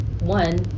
one